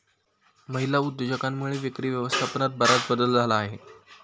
महिला उद्योजकांमुळे विक्री व्यवस्थापनात बराच बदल झाला आहे